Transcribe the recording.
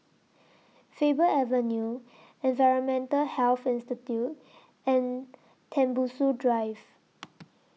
Faber Avenue Environmental Health Institute and Tembusu Drive